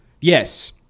Yes